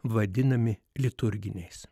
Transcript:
vadinami liturginiais